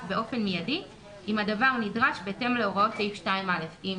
באופן מידי אם הדבר נדרש בהתאם להוראות סעיף 2(א) לחוק".